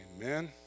Amen